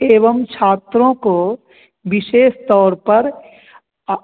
एवं छात्रों को विशेष तौर पर